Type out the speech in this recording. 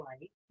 Right